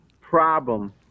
problem